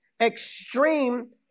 extreme